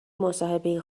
مصاحبه